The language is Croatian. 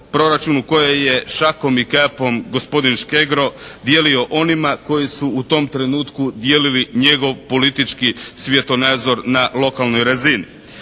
proračunu koje je šakom i kapom gospodin Škegro dijelio onima koji su u tom trenutku dijelili njegov politički svjetonazor na lokalnoj razini.